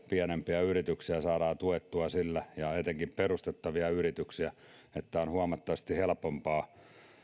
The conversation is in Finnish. pienempiä yrityksiä saadaan tuettua sillä ja etenkin perustettavia yrityksiä niin että yrittäjän on huomattavasti helpompaa